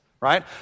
right